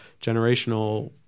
generational